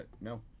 No